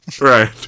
Right